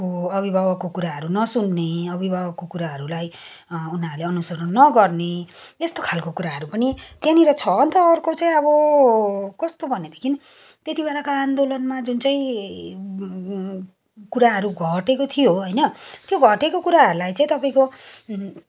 को अभिभावकको कुराहरू नसुन्ने अभिभावकको कुराहरूलाई उनीहरूले अनुसरण नगर्ने यस्तो खालको कुराहरू पनि त्यहाँनिर छ अन्त अर्को चाहिँ अब कस्तो भनेदेखि त्यति बेलाको आन्दोलनमा जुन चाहिँ कुराहरू घटेको थियो होइन त्यो घटेको कुराहरूलाई चाहिँ तपाईँको